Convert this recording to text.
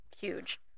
huge